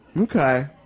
Okay